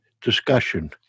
discussion